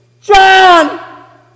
John